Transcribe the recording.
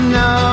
no